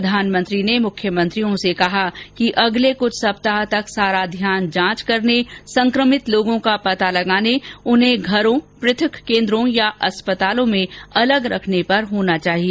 प्रधानमंत्री ने मुख्यमंत्रियों से कहा कि अगले कुछ सप्ताह तक सारा ध्यान जांच करने संक्रमित लोगों का पता लगाने उन्हें घरों पृथक केन्द्रों या अस्पतालों में अलग रखने पर होना चाहिए